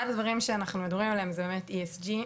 אחד הדברים שאנחנו מדברים עליהם הוא באמת ESG,